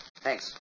Thanks